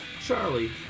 Charlie